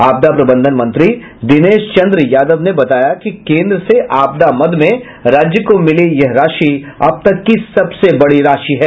आपदा प्रबंधन मंत्री दिनेश चन्द्र यादव ने बताया कि केन्द्र से आपदा मद में राज्य को मिली यह राशि अब तक की सबसे बड़ी राशि है